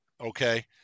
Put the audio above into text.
Okay